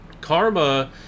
Karma